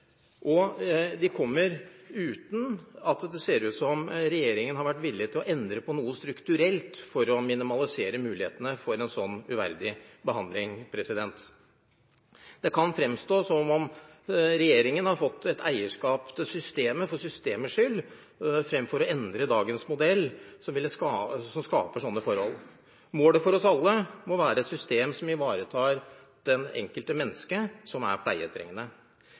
og de kommer uten at det ser ut som om regjeringen har vært villig til å endre på noe strukturelt for å minimalisere mulighetene for en sånn uverdig behandling. Det kan fremstå som om regjeringen har fått et eierskap til systemet for systemets skyld, fremfor å endre dagens modell som skaper sånne forhold. Målet for oss alle må være et system som ivaretar det enkelte mennesket som er pleietrengende.